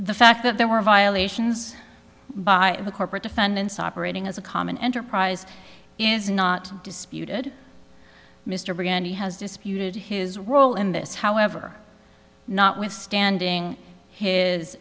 the fact that there were violations by the corporate defendants operating as a common enterprise is not disputed mr briganti has disputed his role in this however notwithstanding his